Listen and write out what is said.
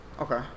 Okay